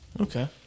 Okay